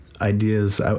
ideas